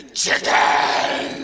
chicken